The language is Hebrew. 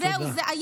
זהו זה,